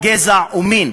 גזע ומין,